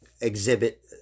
exhibit